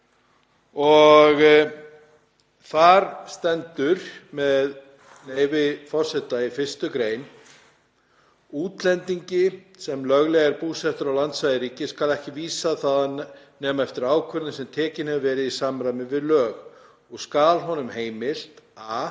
Þar stendur, með leyfi forseta, í 1. gr.: „Útlendingi, sem löglega er búsettur á landsvæði ríkis, skal ekki vísað þaðan nema eftir ákvörðun sem tekin hefur verið í samræmi við lög, og skal honum heimilt: